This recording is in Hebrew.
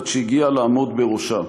עד שהגיע לעמוד בראשה.